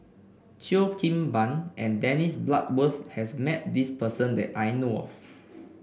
Cheo Kim Ban and Dennis Bloodworth has met this person that I know of